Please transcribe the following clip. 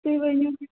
تُہۍ ؤنِو